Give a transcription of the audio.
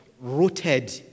rooted